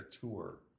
tour